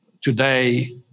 today